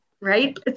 right